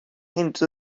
into